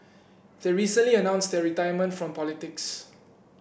they recently announced their retirement from politics